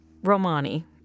Romani